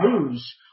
lose